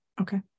okay